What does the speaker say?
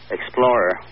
Explorer